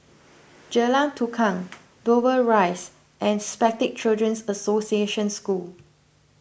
Jalan Tukang Dover Rise and Spastic Children's Association School